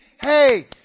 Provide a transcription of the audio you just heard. hey